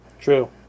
True